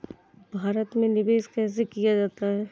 भारत में निवेश कैसे किया जा सकता है?